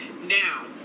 now